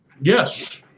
Yes